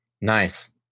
nice